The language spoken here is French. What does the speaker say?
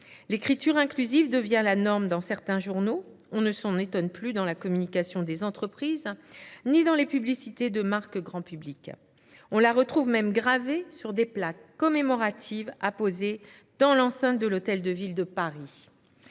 L’écriture inclusive devient la norme dans certains journaux ; on ne s’en étonne plus dans la communication des entreprises ni dans les publicités de marques grand public. On la retrouve même gravée sur des plaques commémoratives apposées dans l’enceinte de l’Hôtel de Ville de Paris.